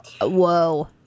Whoa